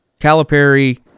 Calipari